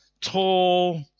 tall